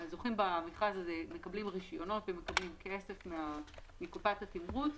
הזוכים במכרז הזה מקבלים רישיונות ומקבלים כסף מקופת התמרוץ,